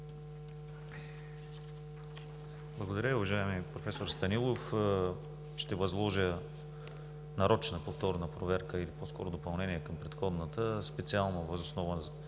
Благодаря, уважаеми професор Станилов. Ще възложа нарочна повторна проверка, по-скоро допълнение към предходната, специално заради